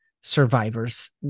survivors